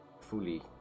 fully